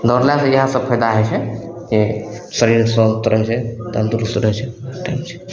दौड़नाइमे इएहसब फैदा होइ छै जे शरीर स्वस्थ रहै छै तन्दुरुस्त रहै छै ठीक छै